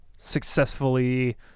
successfully